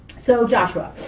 so joshua,